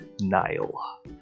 Nile